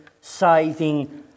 saving